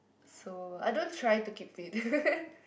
so I don't try to keep fit